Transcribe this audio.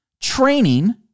training